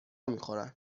میخورن